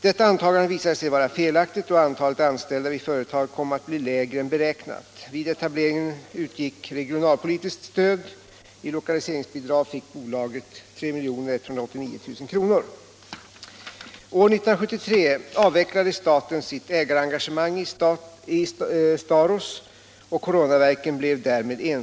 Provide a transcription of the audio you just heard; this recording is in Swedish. Detta antagande visade sig vara felaktigt, och antalet anstältda vid företaget kom att bli lägre än beräknat. Vid etableringen utgick regionalpolitiskt stöd. I lokaliseringsbidrag fick bolaget 3189 000 kr. permitteringar kommer att äga rum under innevarande år.